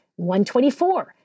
124